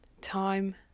time